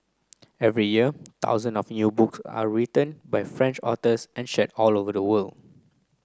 every year thousand of new book are written by French authors and shared all over the world